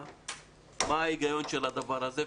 מה ההיגיון של הדבר הזה?